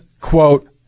quote